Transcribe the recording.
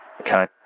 Okay